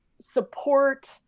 support